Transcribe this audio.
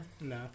No